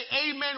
amen